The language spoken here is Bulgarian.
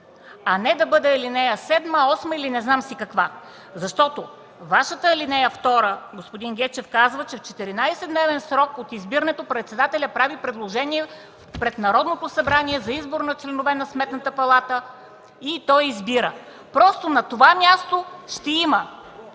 а не да бъде ал. 7, 8 или не знам каква, защото Вашата ал. 2, господин Гечев казва, че в 14-дневен срок от избирането председателят прави предложение пред Народното събрание за избор на членове на Сметната палата и той избира. Просто на това място ще има